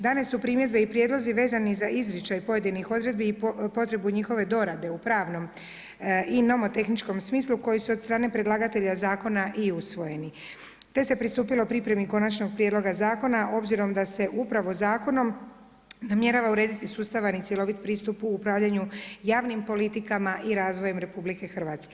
Dane su primjedbe i prijedlozi vezani za izričaj pojedinih odredbi i potrebu njihove dorade u pravnom i nomotehničkom smislu koji su od strane predlagatelja zakona i usvojeni, te se pristupilo pripremi konačnog prijedloga zakona, obzirom da se upravo zakonom namjerava urediti sustavan i cjelovit pristup u upravljanju javnim politikama i razvojem RH.